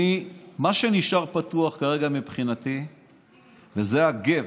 מה שנשאר פתוח כרגע מבחינתי זה ה-gap,